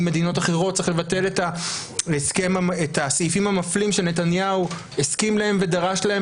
מדינות אחרות מבטלים את הסעיפים המפלים שנתניהו הסכים להם ודרש להם